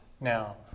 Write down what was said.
now